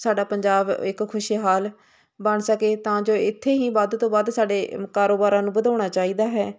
ਸਾਡਾ ਪੰਜਾਬ ਇੱਕ ਖੁਸ਼ਹਾਲ ਬਣ ਸਕੇ ਤਾਂ ਜੋ ਇੱਥੇ ਹੀ ਵੱਧ ਤੋਂ ਵੱਧ ਸਾਡੇ ਕਾਰੋਬਾਰਾਂ ਨੂੰ ਵਧਾਉਣਾ ਚਾਹੀਦਾ ਹੈ